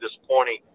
disappointing